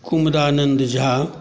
Kumranand Jha